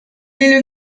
est